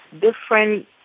different